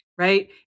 Right